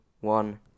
one